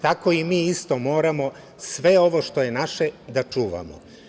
Tako i mi isto moramo sve ovo što je naše da čuvamo.